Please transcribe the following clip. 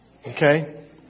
okay